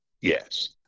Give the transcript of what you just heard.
Yes